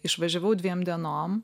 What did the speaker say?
išvažiavau dviem dienom